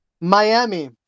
Miami